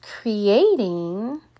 creating